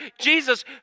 Jesus